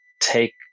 take